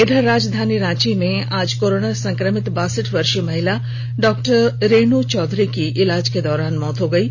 इधर राजधानी रांची में आज कोरोना संकमित बासठ वर्षीय महिला डॉक्टर रेण् चौधरी की इलाज के दौरान मौत हो गयी